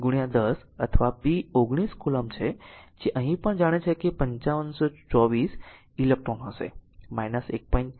602 10 અથવા p 19 coulomb છે જે અહીં જાણે છે કે 5524 ઇલેક્ટ્રોન હશે 1